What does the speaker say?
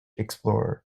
explorer